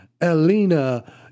Elena